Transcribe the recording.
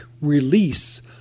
release